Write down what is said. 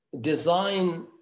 Design